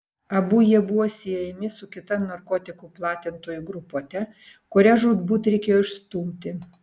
abu jie buvo siejami su kita narkotikų platintojų grupuote kurią žūtbūt reikėjo išstumti